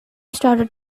started